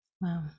Wow